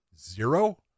Zero